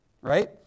right